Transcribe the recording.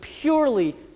purely